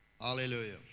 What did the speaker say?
Hallelujah